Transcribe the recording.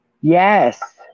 yes